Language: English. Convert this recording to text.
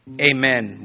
Amen